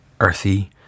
earthy